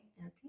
Okay